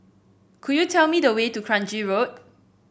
could you tell me the way to Kranji Road